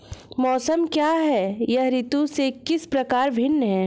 मौसम क्या है यह ऋतु से किस प्रकार भिन्न है?